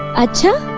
i to